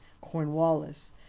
Cornwallis